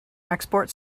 export